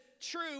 true